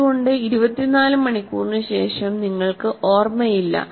അതുകൊണ്ട് 24 മണിക്കൂറിനുശേഷം നിങ്ങൾക്കു ഓർമ്മയില്ല